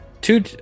two